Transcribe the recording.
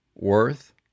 worth